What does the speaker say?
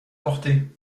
portée